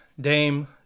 Dame